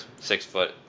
six-foot